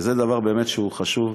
זה באמת דבר חשוב,